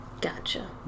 Gotcha